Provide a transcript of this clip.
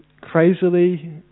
crazily